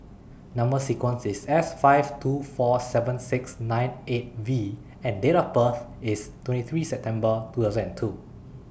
Number sequence IS S five two four seven six nine eight V and Date of birth IS twenty three September two thousand and two